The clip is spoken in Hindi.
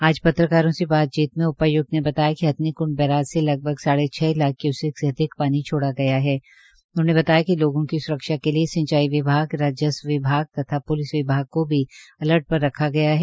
आज पत्रकारों से बातचीत में उपाय्क्त ने बताया कि हथनीक्ंड बैराज से लगभग साढ़े छ लाख क्यूसिक से अधिक पानी छोड़ा गया है उन्होंने बताया कि लोगों की सुरक्षा के लिए सिंचाई विभाग राजस्व विभाग तथा प्लिस विभाग को भी अलर्ट पर रखा गया है